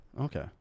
Okay